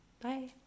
bye